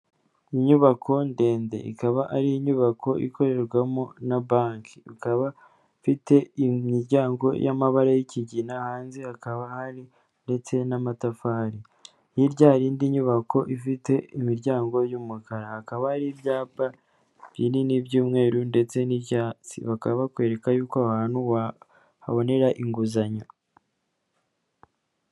Inyubako ndende. Ikaba ari inyubako ikorerwamo na banki. Ikaba ifite imiryango y'amabara y'ikigina, hanze hakaba hari ndetse n'amatafari. Hirya hari indi nyubako ifite imiryango y'umukara. Hakaba ari ibyapa binini by'umweru ndetse n'icyatsi. Bakaba bakwereka yuko aho hantu wahabonera inguzanyo.